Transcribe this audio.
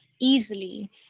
easily